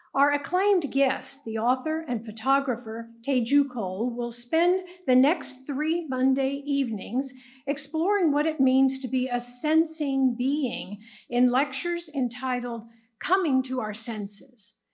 our acclaimed guest, the author and photographer, teju cole, will spend the next three monday evenings exploring what it means to be a sensing being in lectures entitled coming to our senses.